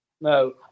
No